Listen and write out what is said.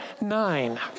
Nine